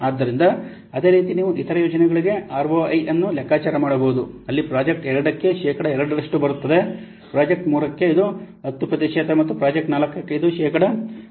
ಆದ್ದರಿಂದ ಅದೇ ರೀತಿ ನೀವು ಇತರ ಯೋಜನೆಗಳಿಗೆ ಆರ್ಒಐ ಅನ್ನು ಲೆಕ್ಕಾಚಾರ ಮಾಡಬಹುದು ಅಲ್ಲಿ ಪ್ರಾಜೆಕ್ಟ್ 2 ಕ್ಕೆ ಶೇಕಡಾ 2 ರಷ್ಟು ಬರುತ್ತದೆ ಪ್ರಾಜೆಕ್ಟ್ 3 ಗೆ ಇದು 10 ಪ್ರತಿಶತ ಮತ್ತು ಪ್ರಾಜೆಕ್ಟ್ 4ಕ್ಕೆ ಇದು ಶೇಕಡಾ 12